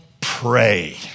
pray